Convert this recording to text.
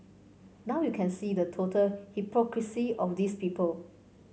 now you can see the total hypocrisy of these people